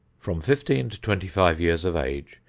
from fifteen to twenty-five years of age,